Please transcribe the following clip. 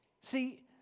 See